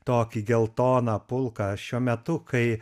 tokį geltoną pulką šiuo metu kai